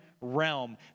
realm